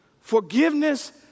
Forgiveness